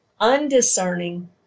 undiscerning